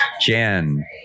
Jen